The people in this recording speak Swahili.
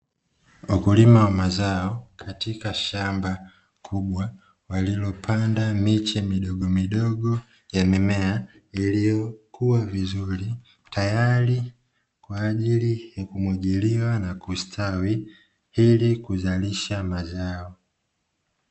Wakulima wa mazao, katika shamba kubwa walilopanda miche midogomidogo ya mimea, lililokua vizuri, tayari kwa ajili ya kumwagiliwa na kustawi, ili kuzalisha mazao.